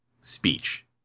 speech